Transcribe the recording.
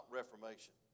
Reformation